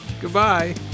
Goodbye